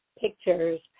pictures